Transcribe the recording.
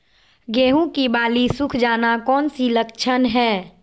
गेंहू की बाली सुख जाना कौन सी लक्षण है?